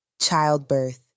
childbirth